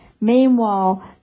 meanwhile